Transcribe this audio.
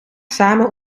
samen